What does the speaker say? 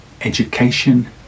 education